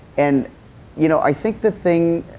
and you know, i think the thing,